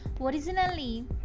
Originally